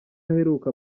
aheruka